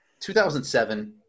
2007